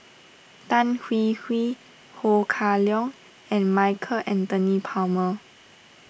Tan Hwee Hwee Ho Kah Leong and Michael Anthony Palmer